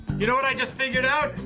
you know what i just figured out?